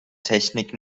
technik